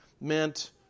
meant